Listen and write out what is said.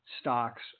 stocks